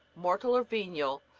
mortal or venial,